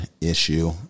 issue